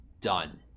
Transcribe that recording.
done